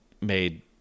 made